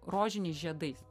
rožiniais žiedais